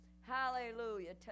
Hallelujah